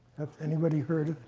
anybody heard